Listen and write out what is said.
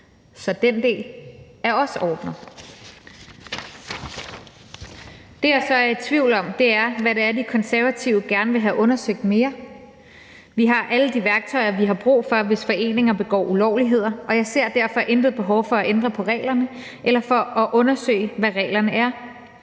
Så den del er også ordnet. Det, jeg så er i tvivl om, er, hvad det er, De Konservative gerne vil have undersøgt mere. Vi har alle de værktøjer, vi har brug for, hvis foreninger begår ulovligheder, og jeg ser derfor intet behov for at ændre på reglerne eller for at undersøge, hvad reglerne er.